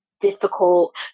difficult